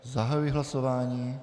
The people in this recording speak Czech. Zahajuji hlasování.